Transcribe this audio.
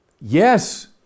Yes